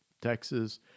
Texas